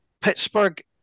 Pittsburgh